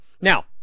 Now